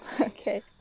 Okay